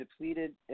depleted